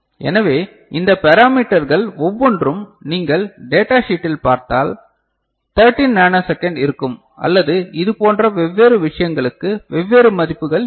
எனவே இந்த பெராமீட்டர்கள் ஒவ்வொன்றும் நீங்கள் டேட்டா ஷீட்டில் பார்த்தால் 13 நானோ செகண்ட் இருக்கும் அல்லது இதுபோன்ற வெவ்வேறு விஷயங்களுக்கு வெவ்வேறு மதிப்புகள் இருக்கும்